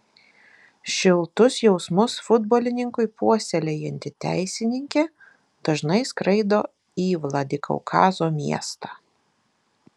šiltus jausmus futbolininkui puoselėjanti teisininkė dažnai skraido į vladikaukazo miestą